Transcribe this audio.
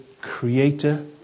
creator